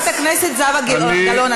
חברת הכנסת זהבה גלאון,